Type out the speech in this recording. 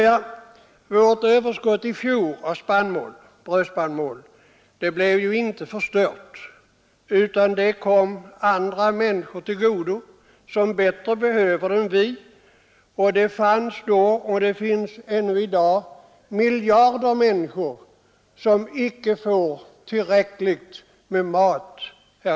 Nåja, vårt överskott i fjor av brödspannmål blev inte förstört utan det kom andra människor till godo som bättre behöver det än vi. Det fanns då och det finns ännu i dag miljarder människor här i världen som icke får tillräckligt med mat.